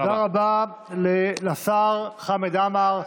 תודה רבה לשר חמד עמאר.